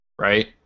Right